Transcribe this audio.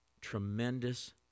Tremendous